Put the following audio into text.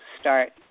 start